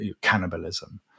cannibalism